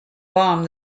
bomb